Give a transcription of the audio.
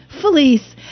felice